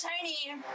tiny